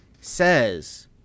says